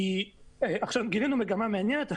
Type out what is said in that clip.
גילינו מגמה מעניינת.